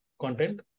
content